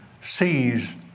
sees